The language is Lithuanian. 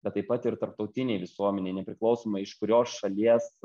bet taip pat ir tarptautinei visuomenei nepriklausomai iš kurios šalies